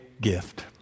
gift